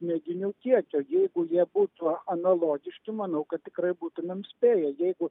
mėginių kiekio jeigu jie būtų analogiški manau kad tikrai būtumėm spėję jeigu